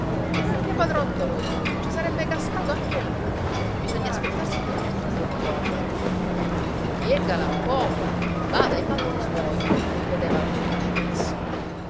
ed anche padron ntoni ci sarebbe cascato anche lui bisogna aspettarsi tutto al giorno d'oggi chi è galantuomo bada ai fatti suoi ripeteva lo zio crocifisso